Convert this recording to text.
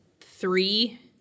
three